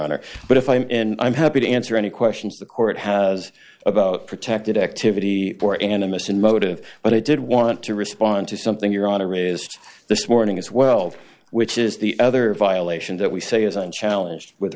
honor but if i'm in i'm happy to answer any questions the court has about protected activity or animists in motive but i did want to respond to something your honor raised this morning as well which is the other violation that we say is unchallenged with